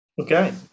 Okay